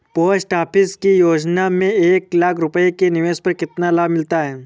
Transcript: Post office की योजना में एक लाख रूपए के निवेश पर कितना लाभ मिलता है?